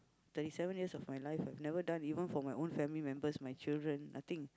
thirty seven years of my life I've never done even for my own family members my children I think